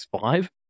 five